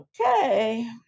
Okay